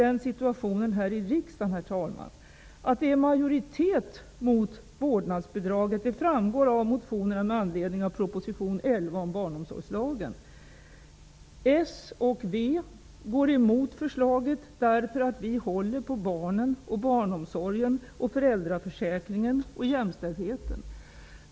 Det finns här i riksdagen en majoritet mot vårdnadsbidraget. Det framgår av motionerna med anledning av proposition 1993/94:11 om barnomsorgslagen. S och V går emot förslaget därför att vi håller på barnen, barnomsorgen, föräldraförsäkringen och jämställdheten.